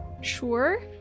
sure